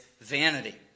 vanity